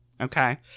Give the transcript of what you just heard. Okay